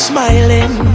Smiling